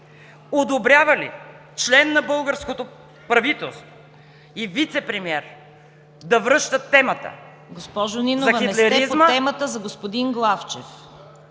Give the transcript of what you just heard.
Одобрява ли член на българското правителство и вицепремиер да връща темата за хитлеризма?